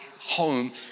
home